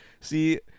See